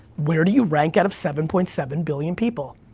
where do you rank out of seven point seven billion people?